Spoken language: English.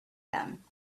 them